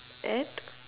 at